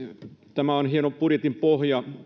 tämä on hieno budjetin pohja